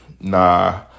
Nah